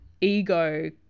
ego